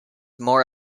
more